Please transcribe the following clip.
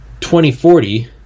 2040